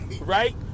right